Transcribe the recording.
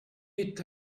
est